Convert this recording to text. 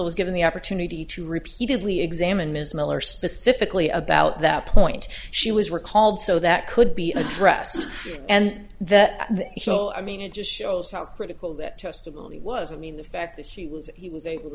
counsel was given the opportunity to repeatedly examine ms miller specifically about that point she was recalled so that could be addressed and that so i mean it just shows how critical that testimony was i mean the fact that he was he was a